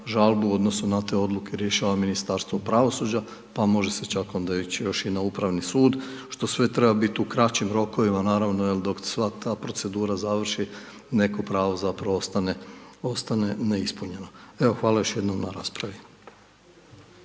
žalbu u odnosu na te odluke rješava Ministarstvo pravosuđa, pa može se čak onda ići još i na Upravni sud, što sve treba biti u kraćim rokovima naravno jer dok sva ta procedura završi, neko pravo zapravo ostane neispunjeno. Evo, hvala još jednom na raspravi.